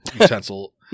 utensil